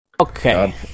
Okay